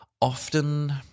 often